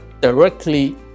directly